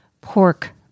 pork